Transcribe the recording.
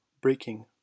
breaking